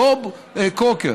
בוב קרוקר,